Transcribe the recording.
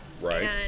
Right